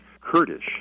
Kurdish